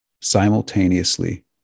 simultaneously